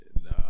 no